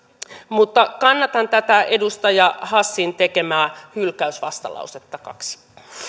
euroa kannatan tätä edustaja hassin tekemää hylkäysvastalausetta kaksi